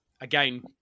again